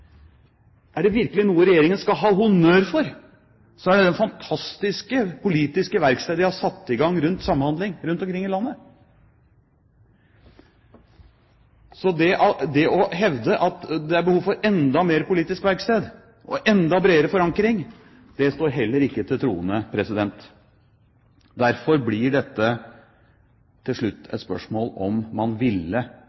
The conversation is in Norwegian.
Er det virkelig noe Regjeringen skal ha honnør for, så er det det fantastiske politiske verkstedet de har satt i gang rundt samhandling rundt omkring i landet. Så det å hevde at det er behov for enda mer politisk verksted og enda bredere forankring, står heller ikke til troende. Derfor blir dette til slutt